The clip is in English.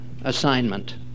assignment